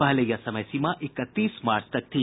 पहले यह समय सीमा इकतीस मार्च तक थी